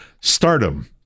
stardom